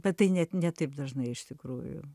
bet tai net ne taip dažnai iš tikrųjų